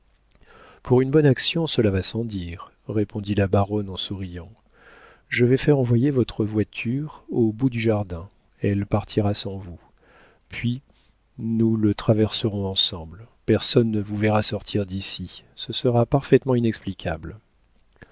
pour une bonne action cela va sans dire répondit la baronne en souriant je vais faire envoyer votre voiture au bout du jardin elle partira sans vous puis nous le traverserons ensemble personne ne vous verra sortir d'ici ce sera parfaitement inexplicable